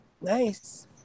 Nice